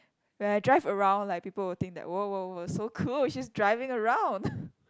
when I drive around like people will think that whoa whoa whoa so cool she's driving around